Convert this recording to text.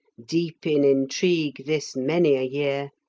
deep in intrigue this many a year,